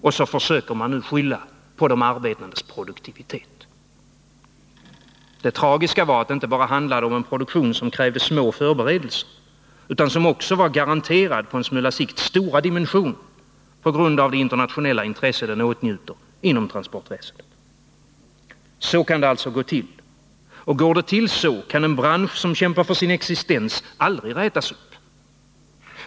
Och så försöker man nu skylla på de arbetandes produktivitet! Det tragiska var att det handlade om en produktion som inte bara krävde små förberedelser utan som på en smula sikt också var garanterad stora dimensioner på grund av det internationella intresse den åtnjuter inom transportväsendet. Så kan det alltså gå till. Och går det till så, kan en bransch som kämpar för sin existens aldrig rätas upp.